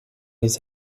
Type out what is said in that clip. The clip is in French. les